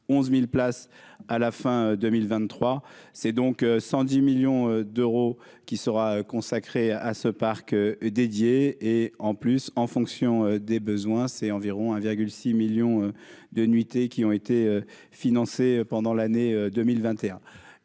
11000 places à la fin 2023, c'est donc 110 millions d'euros qui sera consacrée à ce parc dédié et en plus en fonction des besoins, c'est environ 1 virgule 6 millions de nuitées qui ont été financées pendant l'année 2021.